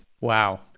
Wow